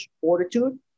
fortitude